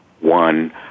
one